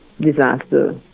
disaster